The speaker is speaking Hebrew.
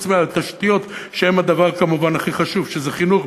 חוץ מהתשתיות שהן הדבר הכי חשוב: חינוך,